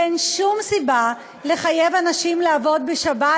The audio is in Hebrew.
ואין שום סיבה לחייב אנשים לעבוד בשבת,